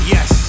Yes